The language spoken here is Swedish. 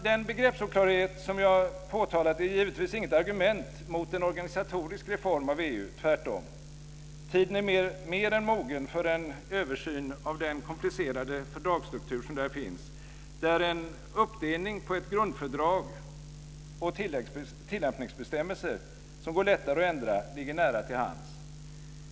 Den begreppsoklarhet som jag påtalat är givetvis inget argument mot en organisatorisk reform av EU - tvärtom. Tiden är mer än mogen för en översyn av den komplicerade fördragsstruktur som där finns, där en uppdelning på ett grundfördrag och tillämpningsbestämmelser, som går lättare att ändra, ligger nära till hands.